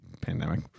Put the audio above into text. pandemic